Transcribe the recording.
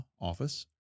office